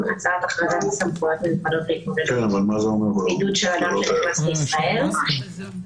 והכרזות למיניהן על ידי הממשלה בישיבתה הבוקר.